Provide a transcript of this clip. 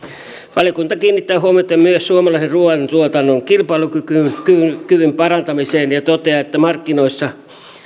valiokunta kiinnittää huomiota myös suomalaisen ruoantuotannon kilpailukyvyn parantamiseen ja toteaa että markkinoissa